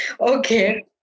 Okay